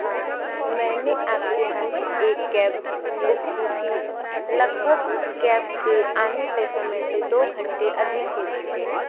हाँ मैंने आपके यहाँ से एक कैब बुक की थी लगभग उस कैब के आने के समय से दो घंटे अधिक हो चुके हैं